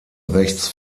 rechts